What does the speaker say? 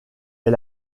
est